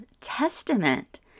Testament